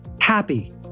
happy